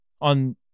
On